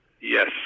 Yes